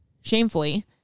Shamefully